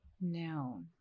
No